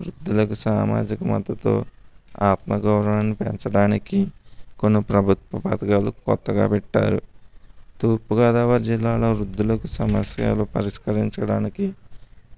వృద్ధులకు సామాజిక మద్దతు ఆత్మ గౌరవాన్ని పెంచడానికి కొన్ని ప్రభుత్వ పథకాలు కొత్తగా పెట్టారు తూర్పుగోదావరి జిల్లాలో వృద్ధులకు సమస్యలు పరిష్కరించడానికి